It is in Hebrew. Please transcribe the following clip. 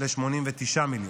ל-89 מיליון.